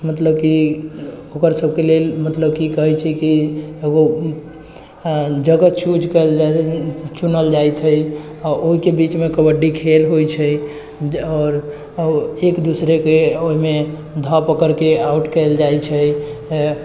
मतलब कि ओकर सभके लेल मतलब कि कहै छै कि एकगो जगह चूज करल जाइ छै चुनल जाइ छै आओर ओहिके बीचमे कबड्डी खेल होइ छै आओर एक दोसराके ओहिमे धऽ पकड़के आउट कयल जाइ छै